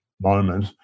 moment